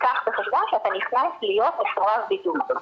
קח בחשבון שאתה נכנס להיות מסורב בידוד'.